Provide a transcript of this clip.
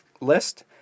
list